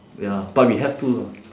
ya but we have to lah